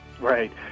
Right